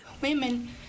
Women